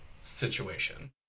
situation